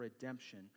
redemption